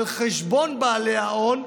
על חשבון בעלי ההון,